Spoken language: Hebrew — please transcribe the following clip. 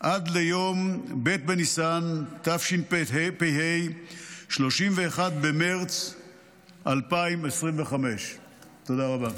עד ליום ב' בניסן התשפ"ה, 31 במרץ 2025. תודה רבה.